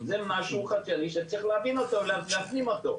זה משהו שצריך להבין אותו, להפנים אותו.